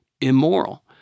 immoral